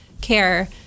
care